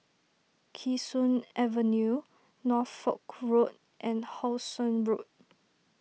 Kee Sun Avenue Norfolk Road and How Sun Road